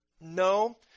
No